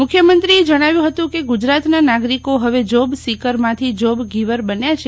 મુખ્યમંત્રીએ જણાવ્યુ હતું કે ગુજરાતના નાગરિકો હવે જોબ સીકરમાંથી જોબ ગીવર બન્યા છે